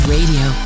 Radio